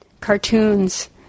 cartoons